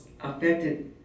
affected